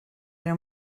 era